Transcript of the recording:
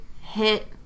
hit